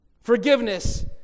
forgiveness